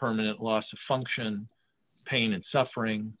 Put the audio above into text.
permanent loss of function pain and suffering